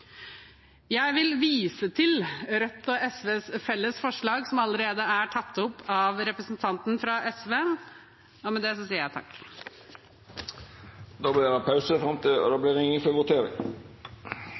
Jeg vil vise til Rødt og SVs felles forslag, som allerede er tatt opp av representanten fra SV. Me avbryt no debatten i sak nr. 9 og